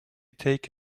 take